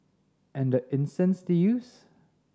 and the incense they used